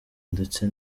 ndetse